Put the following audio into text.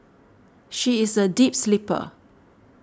she is a deep sleeper